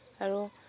আৰু